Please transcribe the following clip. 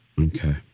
Okay